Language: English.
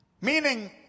Meaning